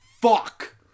fuck